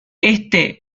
éste